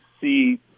see